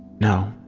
no.